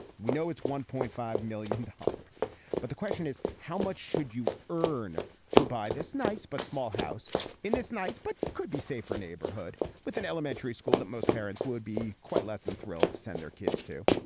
we know it's one point five million dollars but the question is how much should you earn to buy this nice but small house in this night but could be safer neighborhood with an elementary school that most parents would be quite less than thrilled to send their kids to.